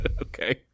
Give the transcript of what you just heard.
okay